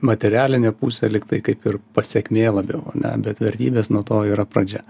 materialinė pusė lygtai kaip ir pasekmė labiau ane bet vertybės nuo to yra pradžia